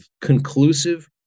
conclusive